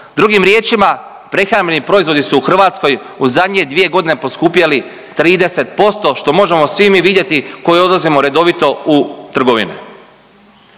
drugim riječima, prehrambeni proizvodi su u Hrvatskoj u zadnje 2 godine poskupjeli 30%, što možemo svi mi vidjeti koji odlazimo redovito u trgovine.